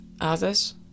others